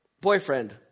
boyfriend